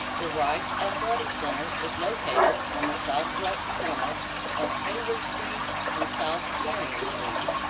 the rice athletic center is located on the southwest corner of heyward street and south marion street.